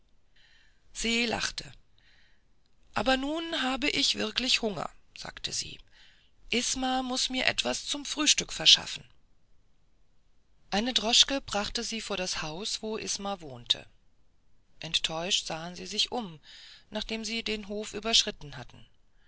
se lachte aber nun habe ich wirklich hunger sagte sie isma muß mir etwas zum frühstück verschaffen eine droschke brachte sie vor das haus wo isma wohnte enttäuscht sahen sie sich um nachdem sie den hof überschritten hatten